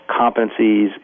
competencies